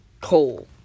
Coal